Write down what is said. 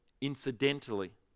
incidentally